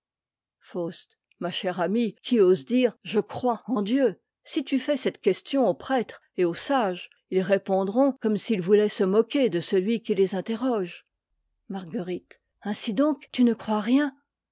dieu ma chère amie qui ose dire je crois en dieu si tu fais cette question aux prêtres et aux sages ils répondront comme s'ils voulaient se moquer de celui qui les interroge marguerite fàus't marguerite marguerite faust mamuemte ainsi donc tu ne crois rien